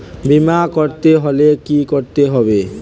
বিমা করতে হলে কি করতে হবে?